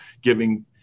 giving